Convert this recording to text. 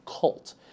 cult